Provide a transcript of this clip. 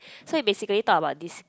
so he basically talk about this